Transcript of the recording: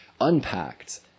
unpacked